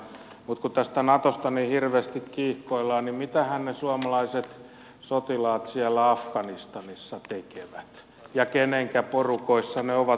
mutta kun tästä natosta niin hirveästi kiihkoillaan niin mitähän ne suomalaiset sotilaat siellä afganistanissa tekevät ja kenenkä porukoissa ne ovat